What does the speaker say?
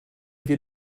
wir